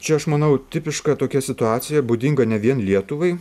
čia aš manau tipiška tokia situacija būdinga ne vien lietuvai